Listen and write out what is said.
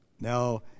Now